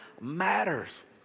matters